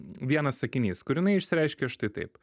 vienas sakinys kur jinai išsireiškė štai taip